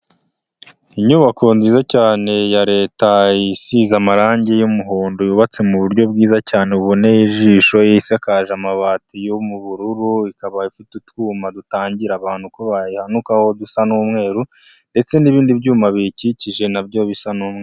Inyubako nziza cyane ya leta isize amarangi y'umuhondo yubatse mu buryo bwiza cyane buboneye ijisho, isakaje amabati yo mu bururu, ikaba ifite utwuma dutangira abantu ko bayihanukaho dusa n'umweru ndetse n'ibindi byuma biyikikije na byo bisa n'umweru.